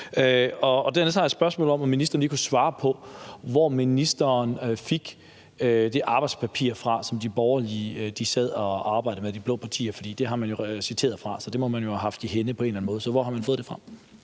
Dernæst har jeg et spørgsmål om, om ministeren lige kunne svare på, hvor ministeren fik det arbejdspapir fra, som de borgerlige, blå partier sad og arbejdede med, for det har man jo citeret fra. Det må man jo have fået i hænde på en eller anden måde. Så hvor har man fået det fra?